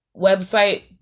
website